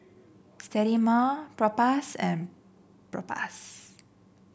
Sterimar Propass and Propass